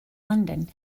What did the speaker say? london